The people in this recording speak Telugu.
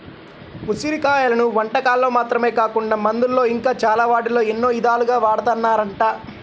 ఉసిరి కాయలను వంటకాల్లో మాత్రమే కాకుండా మందుల్లో ఇంకా చాలా వాటిల్లో ఎన్నో ఇదాలుగా వాడతన్నారంట